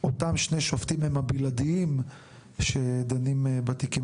אותם שני שופטים הם הבלעדיים שדנים בתיקים